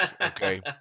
okay